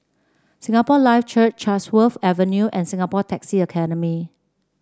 Singapore Life Church Chatsworth Avenue and Singapore Taxi Academy